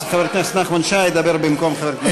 אז חבר הכנסת נחמן שי ידבר במקום חבר הכנסת אחמד טיבי.